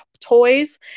toys